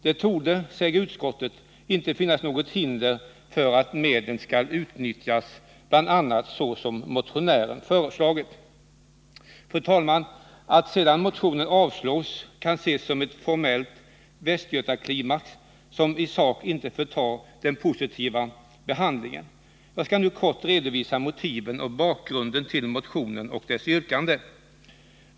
Det torde inte finnas något hinder för att medlen kan utnyttjas bl.a. så som motionären föreslagit.” Fru talman! Att motionen sedan avstyrks kan ses som en formell västgötaklimax som i sak inte förtar intrycket av den positiva behandlingen. Jag skall nu kort redovisa motiven och bakgrunden till motionen och dess yrkande.